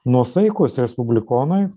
nuosaikūs respublikonai